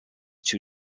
two